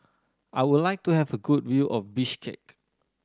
I would like to have a good view of Bishkek